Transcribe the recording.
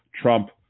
Trump